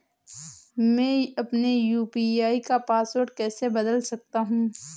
मैं अपने यू.पी.आई का पासवर्ड कैसे बदल सकता हूँ?